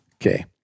okay